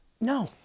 No